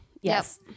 yes